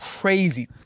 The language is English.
crazy